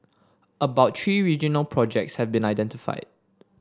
about three regional projects have been identified